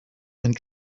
and